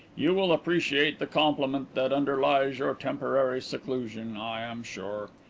you will appreciate the compliment that underlies your temporary seclusion, i am sure.